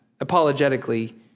apologetically